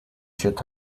should